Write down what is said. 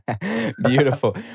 Beautiful